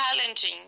challenging